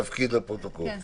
כמו שאמרתי,